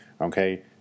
Okay